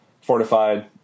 Fortified